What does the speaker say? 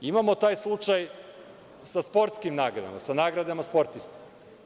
Imamo taj slučaj sa sportskim nagradama, sa nagradama sportista.